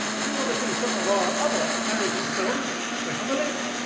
if you want to see some of our other american films click on the link.